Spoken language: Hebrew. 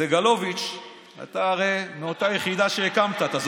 סגלוביץ', אתה הרי מאותה יחידה שהקמת, אתה זוכר?